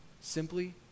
simply